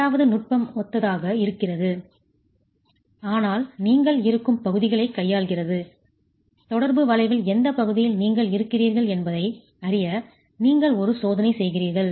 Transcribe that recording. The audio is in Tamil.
இரண்டாவது நுட்பம் ஒத்ததாக இருக்கிறது ஆனால் நீங்கள் இருக்கும் பகுதிகளைக் கையாள்கிறது தொடர்பு வளைவில் எந்தப் பகுதியில் நீங்கள் இருக்கிறீர்கள் என்பதை அறிய நீங்கள் ஒரு சோதனை செய்கிறீர்கள்